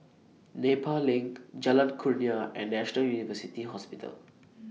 Nepal LINK Jalan Kurnia and National University Hospital